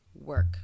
work